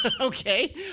okay